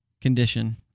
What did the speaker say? condition